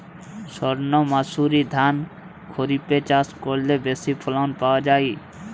সর্ণমাসুরি ধান খরিপে চাষ করলে বেশি ফলন পাওয়া যায়?